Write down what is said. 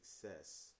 success